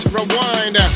Rewind